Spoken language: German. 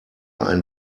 ein